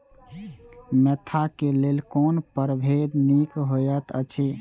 Mentha क लेल कोन परभेद निक होयत अछि?